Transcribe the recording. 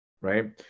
Right